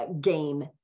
game